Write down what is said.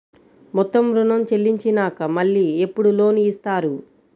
మొత్తం ఋణం చెల్లించినాక మళ్ళీ ఎప్పుడు లోన్ ఇస్తారు?